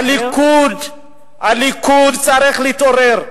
הליכוד צריך להתעורר.